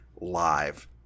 Live